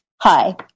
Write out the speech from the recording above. Hi